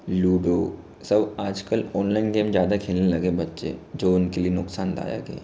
ludo सब आजकल online game ज़्यादा खेलने लगे बच्चे जो उनके लिए नुकसानदायक है